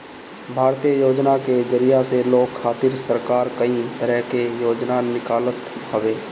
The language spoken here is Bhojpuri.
भारतीय योजना के जरिया से लोग खातिर सरकार कई तरह के योजना निकालत हवे